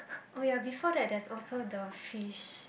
oh ya before that that's also the fish